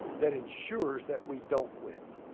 that ensures that we don't quit.